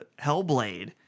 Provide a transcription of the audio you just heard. Hellblade